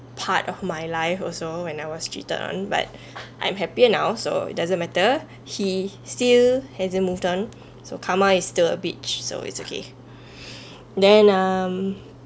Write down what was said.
part of my life also when I was cheated on but I'm happier now so it doesn't matter he still hasn't moved on so karma is still a beach so it's okay then um